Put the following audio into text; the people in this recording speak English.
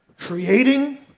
Creating